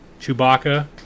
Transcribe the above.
Chewbacca